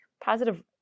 positive